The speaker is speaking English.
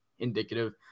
Indicative